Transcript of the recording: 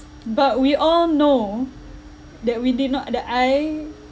but we all know that we did not that I